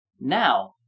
Now